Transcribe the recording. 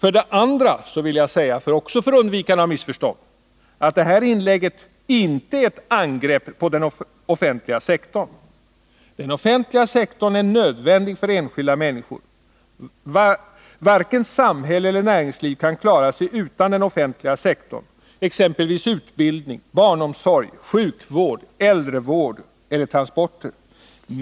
Vidare vill jag, för undvikande av missförstånd, säga att detta inlägg inte är ett angrepp på den offentliga sektorn. Den är nödvändig för enskilda människor. Varken samhälle eller näringsliv kan klara sig utan den offentliga sektorn, exempelvis utbildning, barnomsorg, sjukvård, äldrevård och transporter.